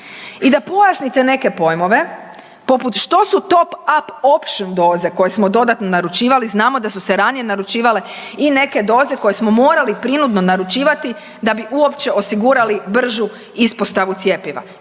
I da pojasnite neke pojmove poput što su to up option doze koje smo dodatno naručivali, znamo da su se ranije naručivale i neke doze koje smo morali prinudno naručivati da bi uopće osigurali bržu ispostavu cjepiva.